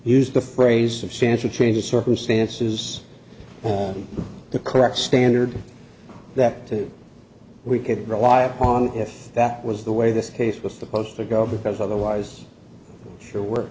used the phrase substantial change in circumstance is the correct standard that two we could rely upon if that was the way this case was supposed to go because otherwise sure we're